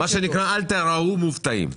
אל תיראו מופתעים.